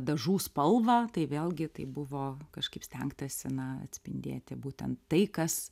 dažų spalvą tai vėlgi tai buvo kažkaip stengtasi na atspindėti būtent tai kas